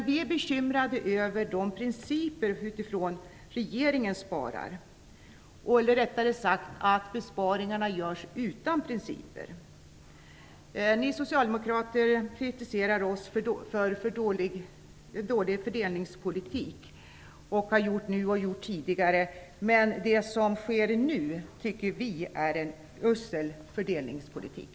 Vi är bekymrade över de principer utifrån vilka regeringen sparar, eller rättare sagt: besparingarna görs utan principer. Ni socialdemokrater har tidigare kritiserat oss för dålig fördelningspolitik. Men det som nu sker är usel fördelningspolitik.